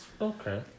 Okay